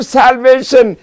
salvation